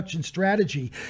strategy